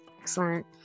excellent